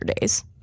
days